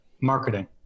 marketing